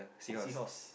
seahorse